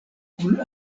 kun